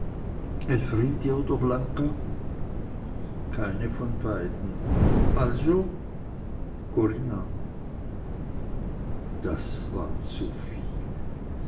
elfriede oder blanca keine von beiden also corinna das war zuviel